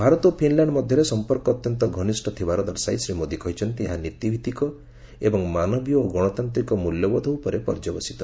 ଭାରତ ଓ ଫିନ୍ଲାଣ୍ଡ ମଧ୍ୟରେ ସମ୍ପର୍କ ଅତ୍ୟନ୍ତ ଘନିଷ୍ଠ ଥିବାର ଦର୍ଶାଇ ଶୀ ମୋଦୀ କହିଛନ୍ତି ଏହା ନୀତିଭିତ୍ତିକ ଏବଂ ମାନବୀୟ ଓ ଗଣତାନ୍ତ୍ରିକ ମ୍ବଲ୍ୟବୋଧ ଉପରେ ପର୍ଯ୍ୟବେସିତ